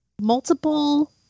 multiple